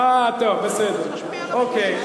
אה, טוב, בסדר, אוקיי.